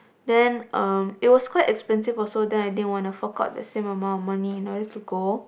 then um it was quite expensive also then I didn't want to fork out the same amount of money you know I have to go